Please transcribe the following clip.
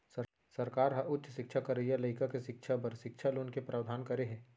सरकार ह उच्च सिक्छा करइया लइका के सिक्छा बर सिक्छा लोन के प्रावधान करे हे